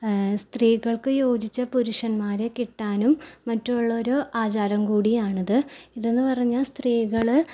സ്ത്രീകൾക്ക് യോജിച്ച പുരുഷന്മാരെ കിട്ടാനും മറ്റുള്ളൊരു ആചാരം കൂടിയാണിത് ഇത്ന്ന് പറഞ്ഞാ സ്ത്രീകള്